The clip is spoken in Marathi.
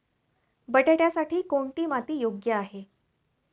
बटाट्यासाठी कोणती माती योग्य आहे?